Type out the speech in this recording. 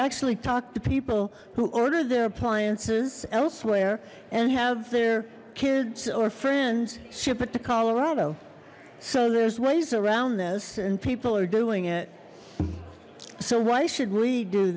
actually talked to people who ordered their appliances elsewhere and have their kids or friends ship it to colorado so there's ways around this and people are doing it so why should we do